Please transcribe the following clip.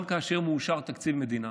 גם כאשר מאושר תקציב מדינה